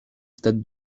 stade